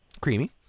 creamy